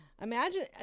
Imagine